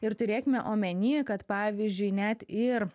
ir turėkime omeny kad pavyzdžiui net ir